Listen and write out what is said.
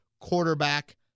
quarterback